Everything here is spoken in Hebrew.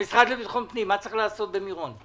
המשרד לביטחון פנים, מה צריך לעשות במירון?